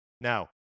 Now